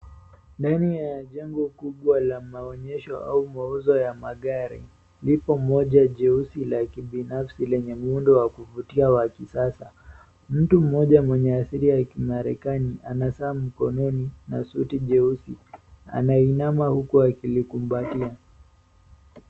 Ndani ya jengo kubwa la maonyesho au mauzo ya magari. Lipo moja jeusi la kibinafsi lenye muundo wa kuvutia wa kisasa. Mtu mmoja mwenye asili ya kimarekani ana saa mkoni na suti jeusi anainama huku akilikumbatia.